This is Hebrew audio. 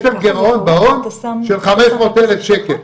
יש שם גרעון בהון של חמש מאות אלף שקל.